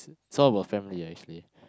it's all about family actually